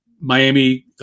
Miami